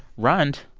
rund,